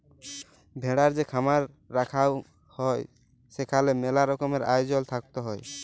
ভেড়ার যে খামার রাখাঙ হউক সেখালে মেলা রকমের আয়জল থাকত হ্যয়